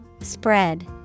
Spread